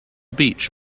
beach